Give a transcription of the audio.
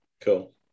Cool